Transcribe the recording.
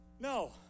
No